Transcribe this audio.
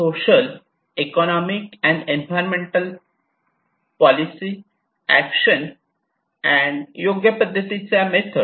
social economic and environmental policy action and योग्य पद्धतीच्या method